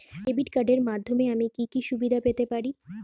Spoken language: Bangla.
ডেবিট কার্ডের মাধ্যমে আমি কি কি সুবিধা পেতে পারি?